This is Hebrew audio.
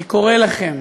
אני קורא לכם